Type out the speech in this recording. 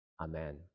Amen